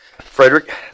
Frederick